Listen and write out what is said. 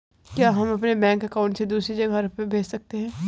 क्या हम अपने बैंक अकाउंट से दूसरी जगह रुपये भेज सकते हैं?